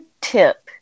tip